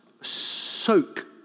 soak